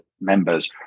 members